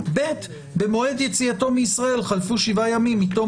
(ב) במועד יציאתו מישראל חלפו שבעה ימים מתום